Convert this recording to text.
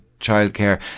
childcare